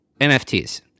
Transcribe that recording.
NFTs